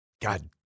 God